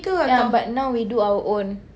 ya but now we do our own